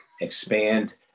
expand